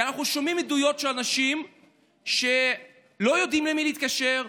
אנחנו שומעים עדויות של אנשים שלא יודעים למי להתקשר,